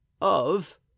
of—